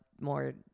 more